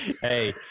Hey